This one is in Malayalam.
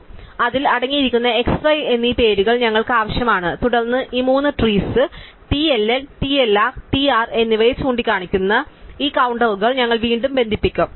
അതിനാൽ അതിൽ അടങ്ങിയിരിക്കുന്ന x y എന്നീ പേരുകൾ ഞങ്ങൾക്ക് ആവശ്യമാണ് തുടർന്ന് ഈ മൂന്ന് ട്രീസ് TLL TLR TR എന്നിവ ചൂണ്ടിക്കാണിക്കുന്ന ഈ കൌണ്ടറുകൾ ഞങ്ങൾ വീണ്ടും ബന്ധിപ്പിക്കും